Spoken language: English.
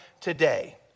today